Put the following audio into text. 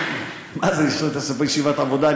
תעשו פה ישיבת עבודה?